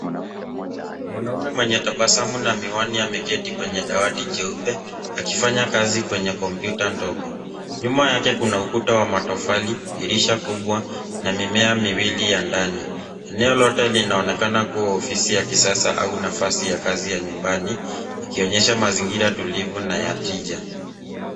Mwanaume mwenye tabasamu na miwani ya ameketi kwenye dawati jeupe akifanya kazi kwenye kompyuta ndogo. Nyuma yake kuna ukuta wa matofali, dirisha kubwa na mimea miwili ya ndani. Eneo lote linaonekana kuwa ofisi ya kisasa au nafasi ya kazi ya nyumbani, ikionyesha mazingira tulivu na ya tija.